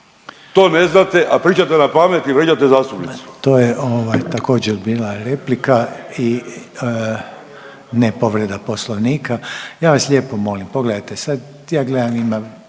To ne znate, a pričate na pamet i vrijeđate zastupnicu.